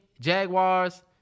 Jaguars